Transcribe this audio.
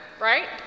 right